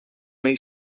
may